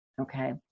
okay